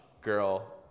girl